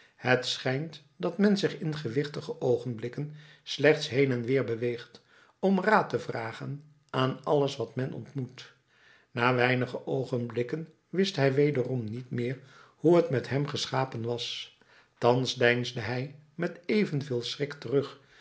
het schijnt dat men zich in gewichtige oogenblikken slechts heen en weer beweegt om raad te vragen aan alles wat men ontmoet na weinige oogenblikken wist hij wederom niet meer hoe t met hem geschapen was thans deinsde hij met evenveel schrik terug